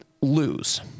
lose